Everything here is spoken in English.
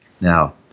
Now